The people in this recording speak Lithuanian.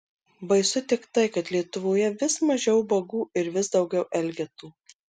baisu tik tai kad lietuvoje vis mažiau ubagų ir vis daugiau elgetų